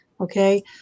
okay